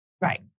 Right